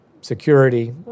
security